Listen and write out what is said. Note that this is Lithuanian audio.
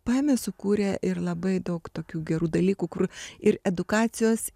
paėmė sukūrė ir labai daug tokių gerų dalykų kur ir edukacijos